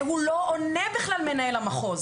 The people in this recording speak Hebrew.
מנהל המחוז